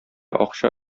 акча